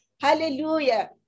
Hallelujah